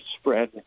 spread